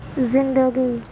زندگی